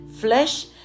flesh